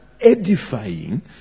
edifying